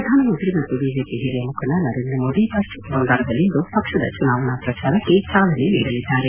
ಪ್ರಧಾನಮಂತ್ರಿ ಮತ್ತು ಬಿಜೆಪಿ ಹಿರಿಯ ಮುಖಂಡ ನರೇಂದ್ರ ಮೋದಿ ಪಶ್ಚಿಮ ಬಂಗಾಳದಲ್ಲಿಂದು ಪಕ್ಷದ ಚುನಾವಣಾ ಪ್ರಚಾರಕ್ಕೆ ಚಾಲನೆ ನೀಡಲಿದ್ದಾರೆ